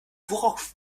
worauf